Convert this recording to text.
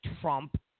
Trump